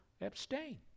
abstain